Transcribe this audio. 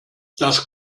das